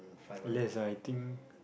less ah I think